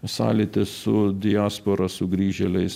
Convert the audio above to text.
sąlytis su diaspora sugrįžėliais